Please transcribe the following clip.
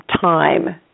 time